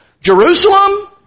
Jerusalem